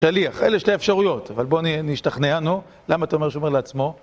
אלה שתי אפשרויות, אבל בואו נשתכנע נו, למה אתה אומר שהוא אומר לעצמו?